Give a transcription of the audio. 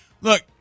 look